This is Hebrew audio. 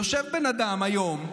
יושב בן אדם היום,